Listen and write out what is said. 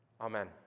Amen